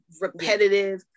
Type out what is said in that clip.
repetitive